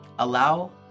Allow